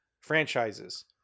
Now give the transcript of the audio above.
franchises